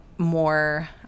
More